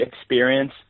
experience